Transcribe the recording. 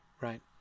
right